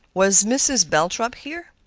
was mrs. belthrop here?